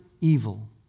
evil